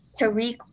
Tariq